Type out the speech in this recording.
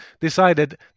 decided